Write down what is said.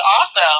awesome